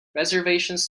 reservations